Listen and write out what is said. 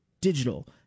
digital